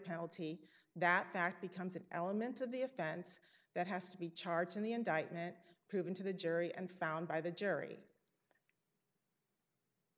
penalty that fact becomes an element of the offense that has to be charged in the indictment proven to the jury and found by the jury